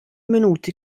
minuti